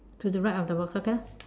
to the right of the box okay lah